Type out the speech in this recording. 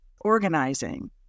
organizing